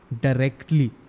directly